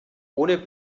ohne